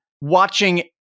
watching